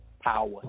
power